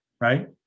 right